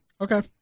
Okay